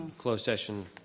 closed session,